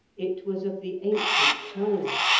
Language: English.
it was of the ancient china,